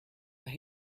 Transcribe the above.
that